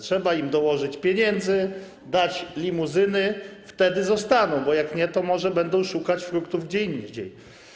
Trzeba im dołożyć pieniędzy, dać limuzyny, wtedy zostaną, bo jak nie, to może będą szukać fruktów gdzie indziej.